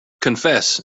confess